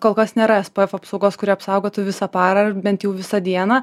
kol kas nėra es p efo apsaugos kuri apsaugotų visą parą ar bent jau visą dieną